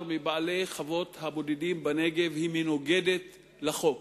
מבעלי חוות הבודדים בנגב מנוגדת לחוק